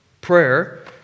Prayer